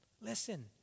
Listen